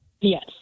Yes